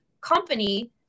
company